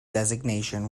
designation